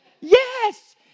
yes